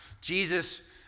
Jesus